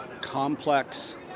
complex